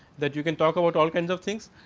that you can talk about all kinds of things.